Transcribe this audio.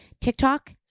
TikTok